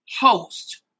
host